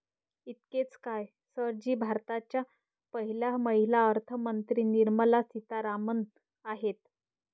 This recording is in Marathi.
इतकेच काय, सर जी भारताच्या पहिल्या महिला अर्थमंत्री निर्मला सीतारामन आहेत